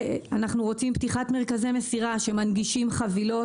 אנחנו רוצים פתיחת מרכזי מסירה שמנגישים חבילות.